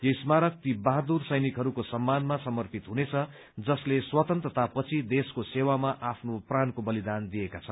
यो स्मारक ती बहादुर सैनिकहरूको सम्मानमा समर्पित हुनेछ जसले स्वतन्त्रता पछि देशको सेवामा आफ्नो प्राणको बलिदान दिएका छन्